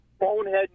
bonehead